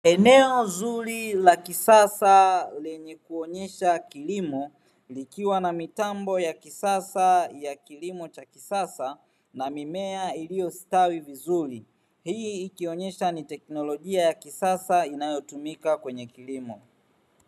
Eneo zuri la kisasa lenye kuonyesha kilimo likiwa na mitambo ya kisasa ya kilimo cha kisasa na mimea iliostawi vizuri. Hii ikionesha ni teknolojia ya kisasa inayotumika kwenye kilimo.